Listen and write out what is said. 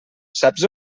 saps